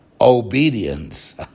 obedience